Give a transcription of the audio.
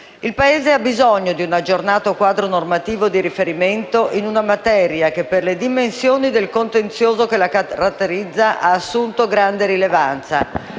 Il Paese ha bisogno di un aggiornato quadro normativo di riferimento in una materia che, per le dimensioni del contenzioso che la caratterizza, ha assunto grande rilevanza: